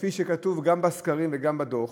כפי שכתוב גם בסקרים וגם בדוח,